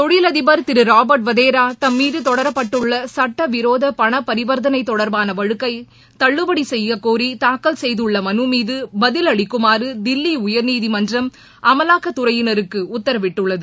தொழில் அதிபர் திரு ராபர்ட் வதேரா தம்மீது தொடரப்பட்டுள்ள சட்டவிரோத பண பரிவர்த்தனை தொடர்பான வழக்கை தள்ளுபடி செய்யக் கோரி தாக்கல் செய்துள்ள மனு மீது பதில் அளிக்குமாறு தில்லி உயர்நீதிமன்றம் அமலாக்கத் துறையினருக்கு உத்தரவிட்டுள்ளது